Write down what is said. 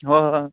ꯍꯣꯏ ꯍꯣꯏ